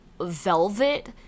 velvet